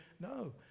No